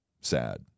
sad